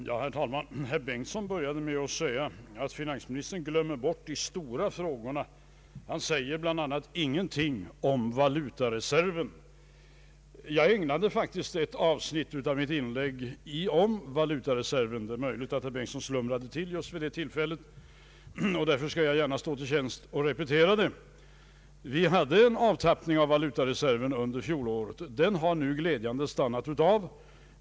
Herr talman! Herr Bengtson började sin replik med påståendet, att finansministern glömmer bort de stora frågorna och inte sade någonting om bl.a. valutareserven. Jag ägnade faktiskt ett avsnitt av mitt inlägg åt valutareserven. Det är möjligt att herr Bengtson slumrade till vid just det tillfället. Därför skall jag gärna stå till tjänst med att repetera vad jag sade. Vi fick en avtappning av valutareserven under fjolåret, men den har glädjande nog stannat av.